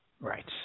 Right